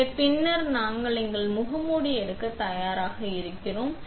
எனவே பின்னர் நாங்கள் எங்கள் முகமூடி எடுக்க தயாராக இருக்கிறோம்